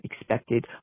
expected